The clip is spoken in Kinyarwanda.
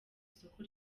isoko